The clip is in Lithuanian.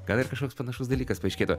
gal ir kažkoks panašus dalykas paaiškėtų